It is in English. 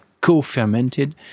co-fermented